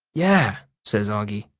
yeah! says auggie.